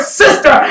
sister